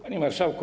Panie Marszałku!